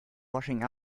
washing